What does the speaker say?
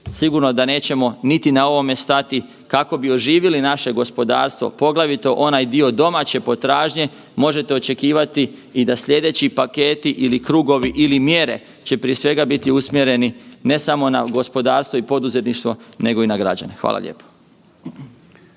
sigurno da nećemo niti na ovome stati kako bi oživili naše gospodarstvo, poglavito onaj dio domaće potražnje možete očekivati i da slijedeći paketi ili krugovi ili mjere će prije svega biti usmjereni ne samo na gospodarstvo i poduzetništvo, nego i na građane. Hvala lijepo.